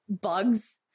bugs